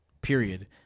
period